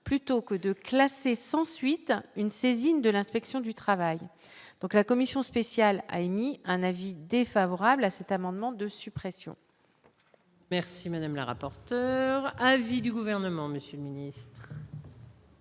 plutôt que de classer sans suite une saisine de l'inspection du travail, donc la commission spéciale a émis un avis défavorable à cet amendement de suppression. Merci madame la rapporteure à vie du gouvernement Monsieur miné.